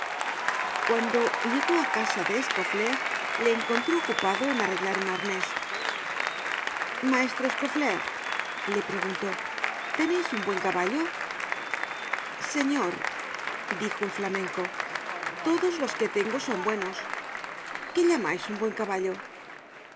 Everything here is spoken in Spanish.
cuando llegó á casa de scauflaire le encontró ocupado en arreglar un arnés maestro scauflaire le preguntó teneis un buen caballo content from google book search generated at señor dijo el flamenco todos los que tengo son buenos qué llamais un buen caballo